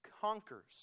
conquers